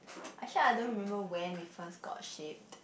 actually I don't remember when we first got shaped